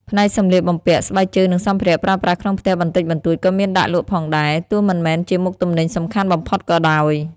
ផ្នែកសម្លៀកបំពាក់ ស្បែកជើង និងសម្ភារៈប្រើប្រាស់ក្នុងផ្ទះបន្តិចបន្តួចក៏មានដាក់លក់ផងដែរ ទោះមិនមែនជាមុខទំនិញសំខាន់បំផុតក៏ដោយ។